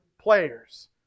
players